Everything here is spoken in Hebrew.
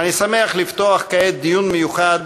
אני שמח לפתוח כעת דיון מיוחד